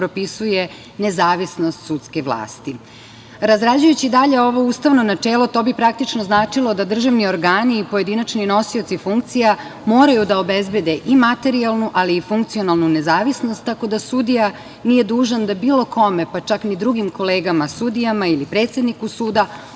nezavisnost sudske vlasti. Razrađujući dalje ovo ustavno načelo to bi praktično značilo da državni organi i pojedinačni nosioci funkcija moraju da obezbede i materijalnu, ali i funkcionalnu nezavisnost, tako da sudija nije dužan da bilo kome, pa čak ni drugim kolegama sudijama ili predsedniku suda